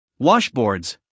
washboards